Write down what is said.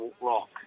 Rock